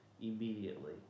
Immediately